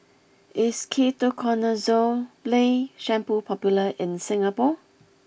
is Ketoconazole shampoo popular in Singapore